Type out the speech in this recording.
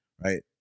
Right